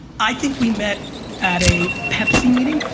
i think we met at a pepsi meeting?